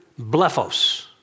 blephos